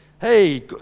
hey